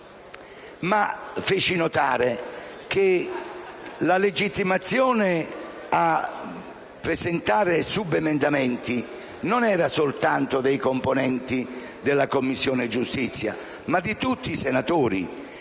ma feci notare che la legittimazione a presentare subemendamenti non era soltanto dei componenti della Commissione giustizia, ma di tutti i senatori.